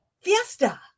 fiesta